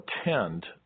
attend